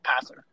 passer